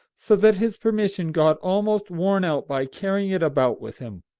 so that his permission got almost worn out by carrying it about with him.